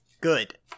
Good